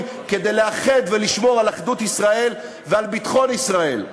כדי לאחד ולשמור על אחדות ישראל ועל ביטחון ישראל.